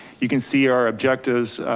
you can see our objectives.